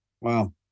Wow